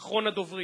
אחרון הדוברים.